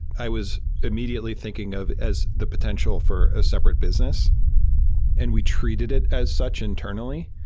i was immediately thinking of as the potential for a separate business and we treated it as such internally,